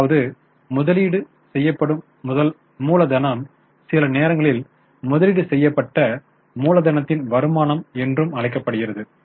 அதாவது முதலீடு செய்யப்படும் மூலதனம் சில நேரங்களில் முதலீடு செய்யப்பட்ட மூலதனத்தின் வருமானம் என்றும் அழைக்கப்படுகிறது